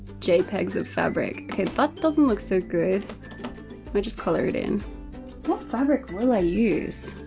jpegs of fabric. okay, that doesn't look so good. i'ma just color it in. what fabric will i use?